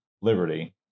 Liberty